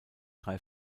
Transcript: drei